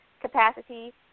capacity